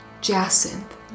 jacinth